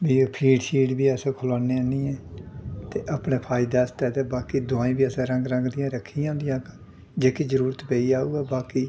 भी फीड शीड बी अस खलान्नें आह्न्नियै ते अपने फायदे आस्तै ते बाकी दोआई बी असें रंग रंग दियां रक्खी दियां होंदियां जेह्की जरूरत पेई जाऽ उ'ऐ बाकी